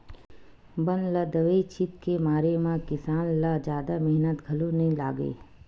बन ल दवई छित के मारे म किसान ल जादा मेहनत घलो नइ लागय